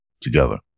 together